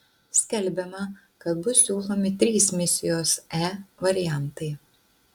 skelbiama kad bus siūlomi trys misijos e variantai